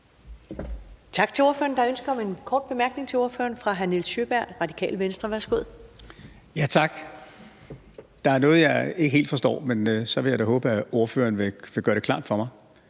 Tak. Der er noget, jeg ikke helt forstår, men så vil jeg da håbe, at ordføreren vil gøre det klart for mig.